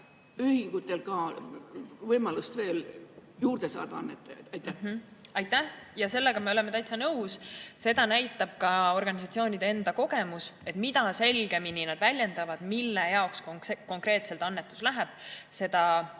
ühingul võimalus veel annetajaid juurde saada. Aitäh! Jaa, sellega me oleme täitsa nõus. Seda näitab ka organisatsioonide enda kogemus, et mida selgemini nad väljendavad, mille jaoks konkreetselt annetus läheb, seda